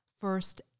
first